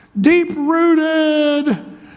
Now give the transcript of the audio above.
deep-rooted